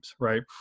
right